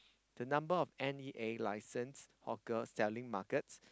the number of N_E_A licence hawker selling market